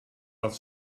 had